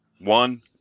one